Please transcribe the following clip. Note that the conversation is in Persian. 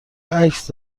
عکس